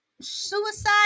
suicide